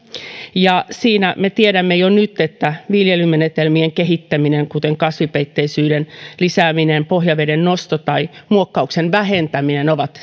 siinä me tiedämme jo nyt että viljelymenetelmien kehittäminen kuten kasvipeitteisyyden lisääminen pohjaveden nosto tai muokkauksen vähentäminen ovat